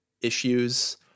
issues